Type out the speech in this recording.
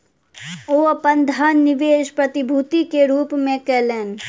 ओ अपन धन निवेश प्रतिभूति के रूप में कयलैन